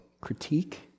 critique